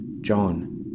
John